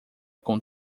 com